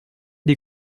des